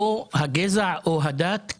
או הגזע, או הדת של המטופל.